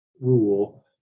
rule